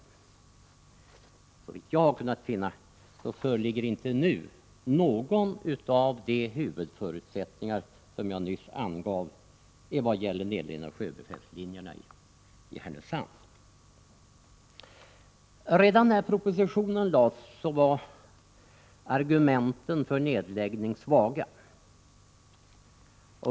Efter vad jag kunnat finna föreligger inte nu någon av dessa huvudförutsättningar som jag nyss angav vad gäller nedläggning av sjöbefälslinjerna i Härnösand. Redan när propositionen lades fram var argumenten för nedläggning svaga.